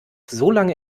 solange